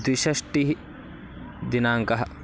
द्विषष्टिः दिनाङ्कः